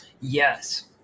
yes